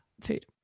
food